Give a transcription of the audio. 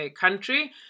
country